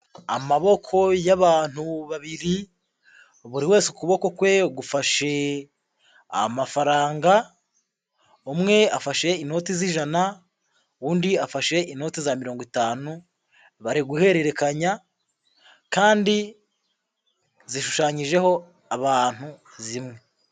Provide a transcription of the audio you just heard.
Amaboko y'abantu babiri, buri wese ukuboko kwe gufashe amafaranga. Umwe afashe inoti z'ijana, undi afashe inoti za mirongo itanu. Bari guhererekanya kandi zishushanyijeho abantu zimwe.